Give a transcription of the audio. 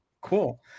Cool